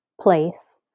place